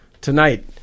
tonight